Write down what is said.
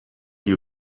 you